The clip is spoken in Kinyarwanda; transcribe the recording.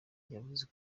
yavuze